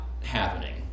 happening